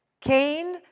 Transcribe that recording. Cain